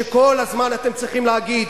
שכל הזמן אתם צריכים להגיד: